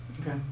Okay